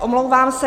Omlouvám se.